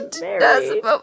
married